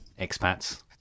expats